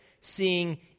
seeing